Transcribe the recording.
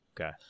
Okay